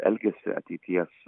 elgesį ateities